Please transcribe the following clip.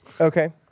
Okay